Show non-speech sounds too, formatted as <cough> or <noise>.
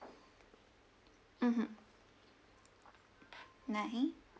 mmhmm <breath> nine